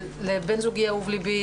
לבן זוגי אהוב ליבי,